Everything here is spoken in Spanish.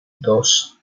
dos